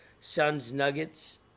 Suns-Nuggets –